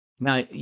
Now